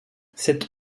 cette